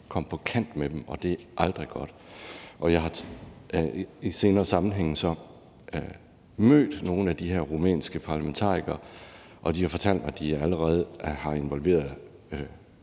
kom på kant med dem, og det er aldrig godt. Jeg har i senere sammenhænge mødt nogle af de her rumænske parlamentarikere, og de har fortalt mig, at de allerede har involveret